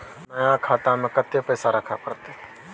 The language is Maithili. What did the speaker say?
नया खाता में कत्ते पैसा रखे परतै?